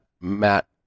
Matt